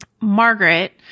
margaret